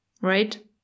right